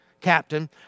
Captain